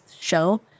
show